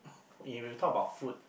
when we talk about food